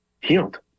healed